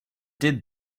did